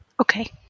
Okay